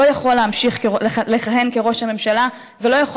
לא יכול להמשיך לכהן כראש הממשלה ולא יכול